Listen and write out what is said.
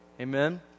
Amen